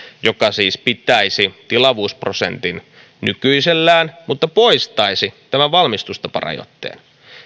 joka siis pitäisi tilavuusprosentin nykyisellään mutta poistaisi tämän valmistustaparajoitteen